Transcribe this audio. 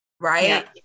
Right